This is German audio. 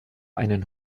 einen